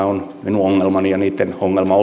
on ollut minun ongelmani niitten ongelma